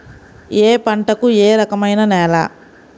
ఏ పంటకు ఏ రకమైన నేల?